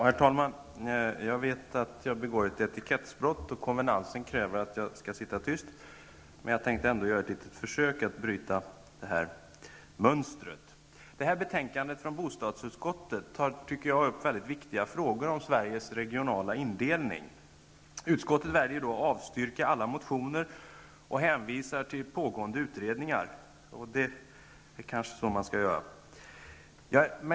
Herr talman! Jag vet att jag begår ett etikettsbrott, och konvenansen kräver att jag skall sitta tyst. Men jag tänkte ändå göra ett försök att bryta mönstret. Betänkandet från bostadsutskottet tar upp viktiga frågor om Sveriges regionala indelning. Utskottet väljer att avstyrka alla motioner och hänvisa till pågående utredningar. Det är kanske så man skall göra.